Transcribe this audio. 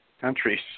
countries